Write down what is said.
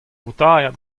voutailhad